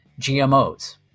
GMOs